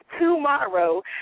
tomorrow